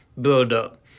buildup